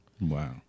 wow